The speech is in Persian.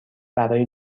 برای